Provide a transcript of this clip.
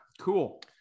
Cool